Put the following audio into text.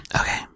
Okay